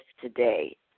today